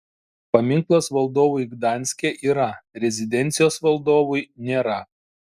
paminklas valdovui gdanske yra rezidencijos valdovui nėra